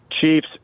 Chiefs